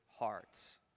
hearts